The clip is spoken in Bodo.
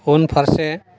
उनफारसे